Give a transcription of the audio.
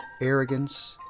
Arrogance